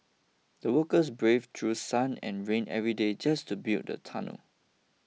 the workers braved through sun and rain every day just to build the tunnel